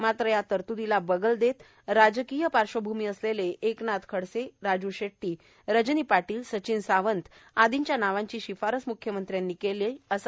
मात्र या तरतूदीला बगल देत राजकीय पार्श्वभूमी असलेले एकनाथ खडसे राजू शेट्टी रजनी पाटील सचिन सावंत आदींच्या नावांची शिफारस म्ख्यमंत्र्यांनी केली असं याचिकाकर्त्यांनी म्हटलं आहे